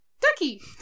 Ducky